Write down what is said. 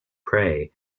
prey